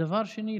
דבר שני,